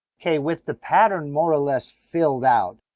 okay, with the pattern more or less filled out.